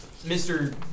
Mr